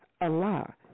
Allah